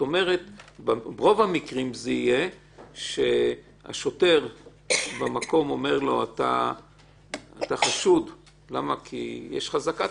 ברוב המקרים השוטר יגיד לאדם במקום שהוא חשוד כי בעצם יש חזקה,